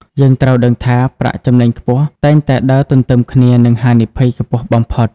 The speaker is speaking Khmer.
យើងត្រូវដឹងថា ប្រាក់ចំណេញខ្ពស់ តែងតែដើរទន្ទឹមគ្នានឹងហានិភ័យខ្ពស់បំផុត។